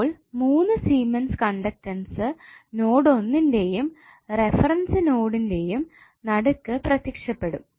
അപ്പോൾ 3 siemens conductance node ഒന്നിന്റെയും reference നോടിന്റെയും നടുക്ക് പ്രത്യക്ഷപ്പെടും